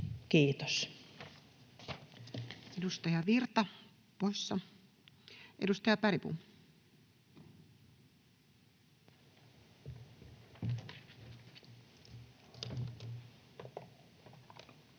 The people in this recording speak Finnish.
Kiitos. Edustaja Virta poissa. — Edustaja Bergbom.